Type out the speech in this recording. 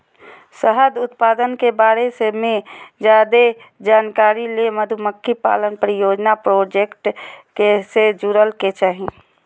शहद उत्पादन के बारे मे ज्यादे जानकारी ले मधुमक्खी पालन परियोजना प्रोजेक्ट से जुड़य के चाही